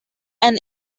and